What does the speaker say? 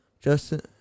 Justin